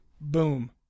Boom